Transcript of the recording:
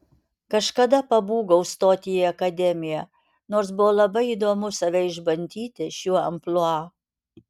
kažkada pabūgau stoti į akademiją nors buvo labai įdomu save išbandyti šiuo amplua